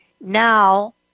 now